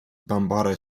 bambara